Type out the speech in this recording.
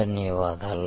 ధన్యవాదాలు